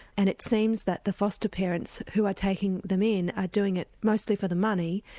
and it seems that the foster parents who are taking them in are doing it mostly for the money.